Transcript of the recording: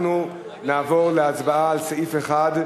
אנחנו נעבור אל סעיף 1,